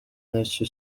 nacyo